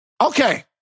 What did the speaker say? Okay